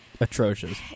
atrocious